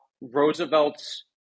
Roosevelt's